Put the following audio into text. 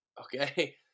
Okay